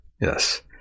Yes